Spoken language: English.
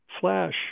flash